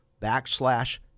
backslash